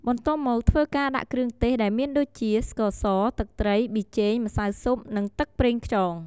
បន្ទាប់មក ធ្វើការដាក់គ្រឿងទេសដែលមានដូចជា ស្ករស ទឹកត្រី ប៊ីចេង ម្សៅស៊ុប និងទឹកប្រងខ្យង។